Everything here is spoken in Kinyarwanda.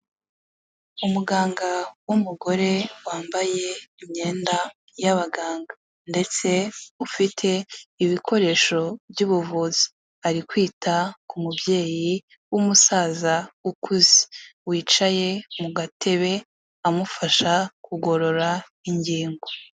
Umuganga w'umugore wambaye imyenda y'abaganga ndetse ufite ibikoresho by'ubuvuzi, ari kwita ku mubyeyi w'umusaza ukuze wicaye mu gatebe amufasha kugorora ingingo.